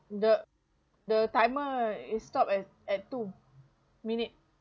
the the timer it stopped at at two minute